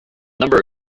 number